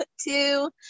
Two